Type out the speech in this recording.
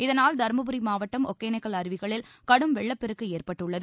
இதனால் தருமபுரி மாவட்டம் ஓகேனக்கல் அருவிகளில் கடும் வெள்ளப்பெருக்கு ஏற்பட்டுள்ளது